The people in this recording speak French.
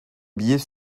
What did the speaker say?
billet